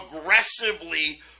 aggressively